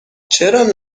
چرا